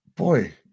Boy